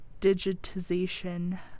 digitization